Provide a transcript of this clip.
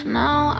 now